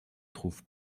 trouve